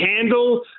handle